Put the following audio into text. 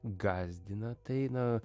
gąsdina tai na